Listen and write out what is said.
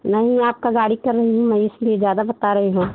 नहीं आपका गाड़ी का वेन्यू है इसलिए ज़्यादा बता रहे हो